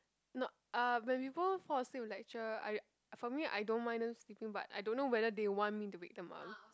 not uh when people fall asleep in lecture I for me I don't mind them sleeping but I don't know whether they want me to wake them up